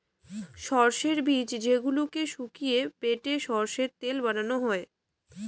সরষের বীজ যেইগুলোকে শুকিয়ে বেটে সরষের তেল বানানো হই